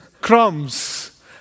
crumbs